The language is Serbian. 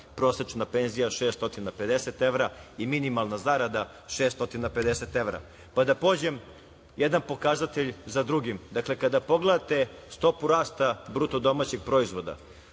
prosečna penzija 650 evra i minimalna zarada 650 evra. Pa, da pođem jedan pokazatelj za drugim. Kada pogledate stopu rasta BDP za prvu